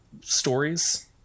stories